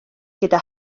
gyda